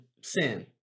sin